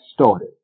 started